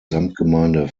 samtgemeinde